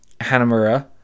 Hanamura